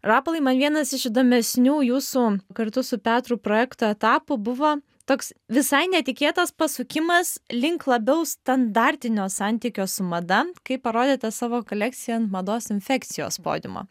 rapolai man vienas iš įdomesnių jūsų kartu su petru projekto etapų buvo toks visai netikėtas pasukimas link labiau standartinio santykio su mada kai parodėte savo kolekciją ant mados infekcijos podiumo